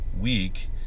week